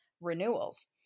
renewals